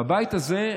והבית הזה,